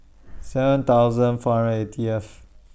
seven thousand four hundred and eightieth